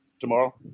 tomorrow